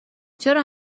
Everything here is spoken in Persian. چرا